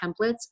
templates